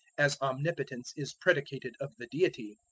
as omnipotence is predicated of the deity.